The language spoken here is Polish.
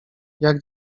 jak